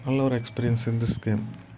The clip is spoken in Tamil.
நல்ல ஒரு எக்ஸ்பீரியன்ஸ் இன் திஸ் கேம்